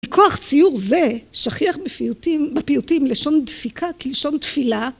מכוח ציור זה שכיח בפיוטים לשון דפיקה כלשון תפילה.